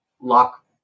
lock